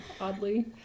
Oddly